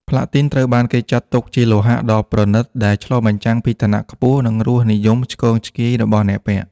ផ្លាទីនត្រូវបានគេចាត់ទុកជាលោហៈដ៏ប្រណិត ដែលឆ្លុះបញ្ចាំងពីឋានៈខ្ពស់ និងរសនិយមឆ្គងឆ្គាយរបស់អ្នកពាក់។